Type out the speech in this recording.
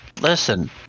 listen